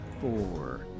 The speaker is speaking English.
four